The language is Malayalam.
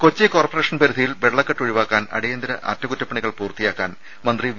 ഒരു കൊച്ചി കോർപ്പറേഷൻ പരിധിയിൽ വെള്ളക്കെട്ട് ഒഴിവാക്കാൻ അടിയന്തര അറ്റകുറ്റപ്പണികൾ പൂർത്തിയാക്കാൻ മന്ത്രി വി